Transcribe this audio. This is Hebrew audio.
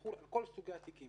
יחול על כל סוגי התיקים,